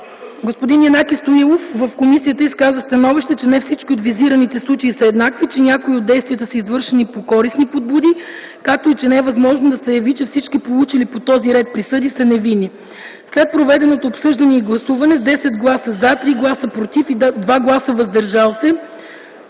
Господин Янаки Стоилов изказа становище, че не всички от визираните случаи са еднакви, че някои от действията са извършвани по користни подбуди, както и че не е възможно да се заяви, че всички получили по този ред присъди са невинни. След проведеното обсъждане и гласуване, с 10 гласа „за”, 3 гласа „против” и 2 гласа „въздържал се”,